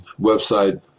website